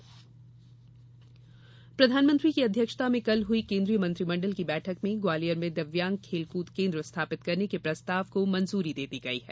खेल मंजूरी प्रधानमंत्री की अध्यक्षता में कल हुई कोन्द्रीय मंत्रिमंडल की बैठक में ग्वालियर में दिव्यांग खेलकृद केन्द्र स्थापित करने के प्रस्ताव को मंजूरी दे दी गई है